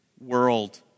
world